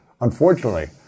unfortunately